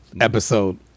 Episode